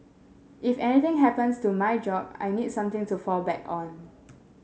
if anything happens to my job I need something to fall back on